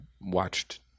watched